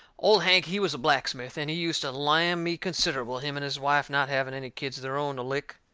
old hank, he was a blacksmith, and he used to lamm me considerable, him and his wife not having any kids of their own to lick.